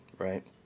Right